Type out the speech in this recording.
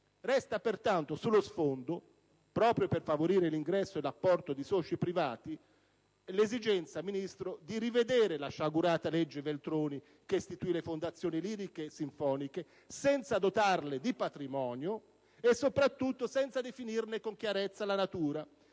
Resta pertanto sullo sfondo, proprio per favorire l'ingresso e l'apporto di soci privati, l'esigenza, signor Ministro, di rivedere la sciagurata legge Veltroni, che istituì le fondazioni lirico-sinfoniche senza dotarle di patrimonio e, soprattutto, senza definirne con chiarezza la natura.